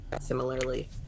similarly